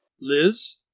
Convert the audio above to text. Liz